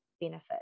benefit